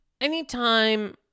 anytime